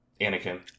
Anakin